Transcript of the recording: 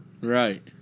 Right